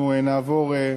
אנחנו נעבור, האופוזיציה,